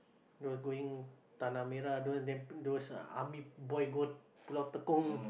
those going tanah-merah those then put those army boy go Pulau Tekong